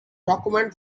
document